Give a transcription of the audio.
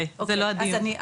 הדיון.